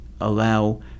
allow